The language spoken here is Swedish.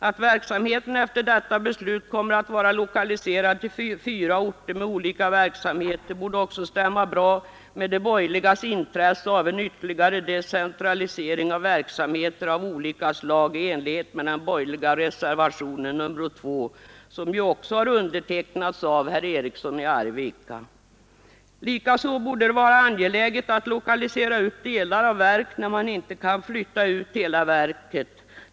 Att verksamheten efter detta beslut kommer att vara lokaliserad till fyra orter med olika verksamheter borde också stämma bra med de borgerligas intresse av en ytterligare decentralisering av verksamheter av olika slag i enlighet med den borgerliga reservationen 2, som också har undertecknats av herr Eriksson i Arvika. Likaså borde det vara angeläget att lokalisera ut delar av verk när man inte kan flytta ut hela verket.